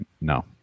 No